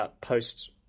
post